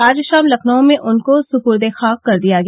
आज शाम लखनऊ में उनको सुपूर्द ए खाक कर दिया गया